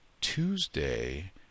Tuesday